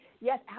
yes